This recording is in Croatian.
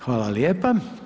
Hvala lijepa.